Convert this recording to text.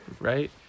Right